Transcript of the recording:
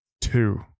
two